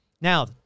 Now